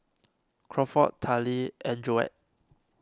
Crawford Tallie and Joette